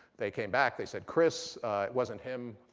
they came back. they said, chris, it wasn't him.